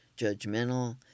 judgmental